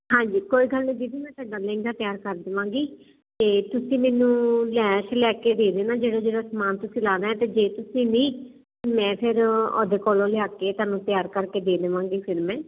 ਹਾਂਜੀ ਕੋਈ ਗੱਲ ਨਹੀਂ ਦੀਦੀ ਮੈਂ ਤੁਹਾਡਾ ਲਹਿੰਗਾ ਤਿਆਰ ਕਰ ਦੇਵਾਂਗੀ ਤੇ ਤੁਸੀਂ ਮੈਨੂੰ ਲੈਸ ਲੈ ਕੇ ਦੇ ਦੇਣਾ ਜਿਹੜਾ ਜਿਹੜਾ ਸਮਾਨ ਤੁਸੀਂ ਲਾਣਾ ਤੇ ਜੇ ਤੁਸੀਂ ਨਹੀਂ ਮੈਂ ਫਿਰ ਉਹਦੇ ਕੋਲੋ ਲਿਆ ਕੇ ਤੁਹਾਨੂੰ ਤਿਆਰ ਕਰਕੇ ਦੇ ਦੇਵਾਂਗੇ ਫਿਰ ਮੈਂ